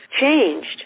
Changed